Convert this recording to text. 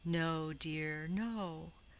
no, dear, no.